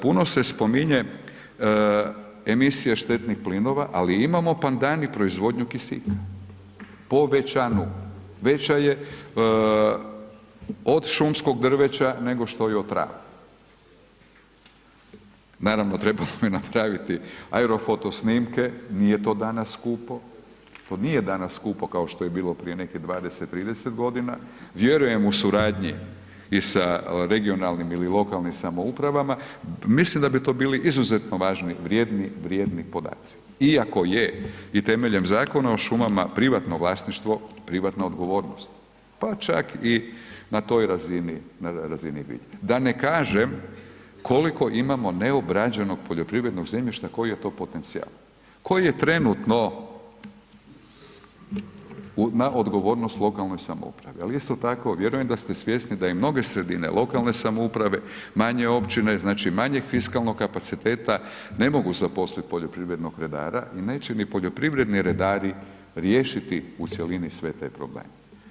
Puno se spominje emisija štetnih plinova, ali imamo pandan i proizvodnju kisika, povećanu, veća je od šumskog drveća nego što … [[Govornik se ne razumije]] Naravno, trebalo je napraviti aero foto snimke, nije to danas skupo, to nije danas skupo kao što je bilo prije nekih 20-30.g., vjerujem u suradnji i sa regionalnim ili lokalnim samoupravama, mislim da bi to bili izuzetno važni, vrijedni, vrijedni podaci iako je i temeljem Zakona o šumama privatno vlasništvo privatna odgovornost, pa čak i na toj razini, na razini … [[Govornik se ne razumije]] , da ne kažem koliko imamo neobrađenog poljoprivrednog zemljišta koji je to potencijal, koji je trenutno na odgovornost lokalnoj samoupravi, ali isto tako vjerujem da ste svjesni da i mnoge sredine lokalne samouprave, manje općine, znači manjeg fiskalnog kapaciteta ne mogu zaposlit poljoprivrednog redara i neće ni poljoprivredni redari riješiti u cjelini sve te probleme.